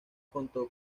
contó